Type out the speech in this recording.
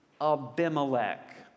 Abimelech